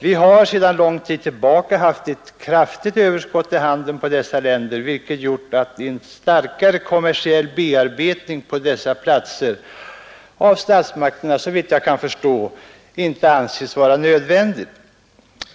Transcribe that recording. Vi har under lång tid haft ett kraftigt överskott i handeln med dessa länder, vilket gjort att en starkare kommersiell bearbetning av dessa länder av statsmakterna såvitt jag kan förstå inte ansetts vara nödvändig.